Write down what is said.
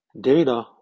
Data